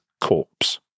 corpse